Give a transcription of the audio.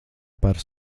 par